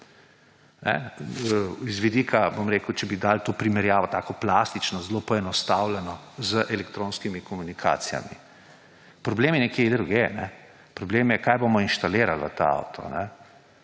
z vidika, če bi dali tu primerjavo ‒ tako, plastično, zelo poenostavljeno ‒ z elektronskimi komunikacijami. Problem je nekje drugje; problem je, kaj bomo inštalirali v ta avto,